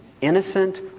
innocent